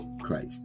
Christ